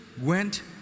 went